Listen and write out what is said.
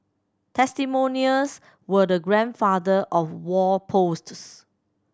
testimonials were the grandfather of wall posts